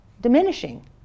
diminishing